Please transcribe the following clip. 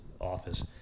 office